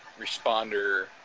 responder